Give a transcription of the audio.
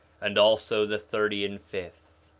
and also the thirty and fifth,